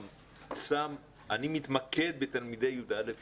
אני מתמקד בתלמידי כיתות י"ט ו-י"ב.